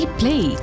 play